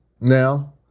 now